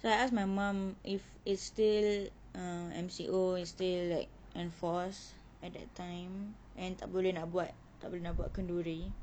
so I asked my mom if it's still uh M_C_O is still like enforce at that time and tak boleh nak buat tak boleh nak buat kenduri